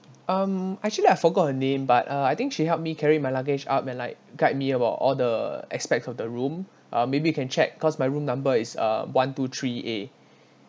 um actually I forgot her name but uh I think she helped me carry my luggage up and like guide me about all the aspects of the room uh maybe you can check cause my room number is uh one two three A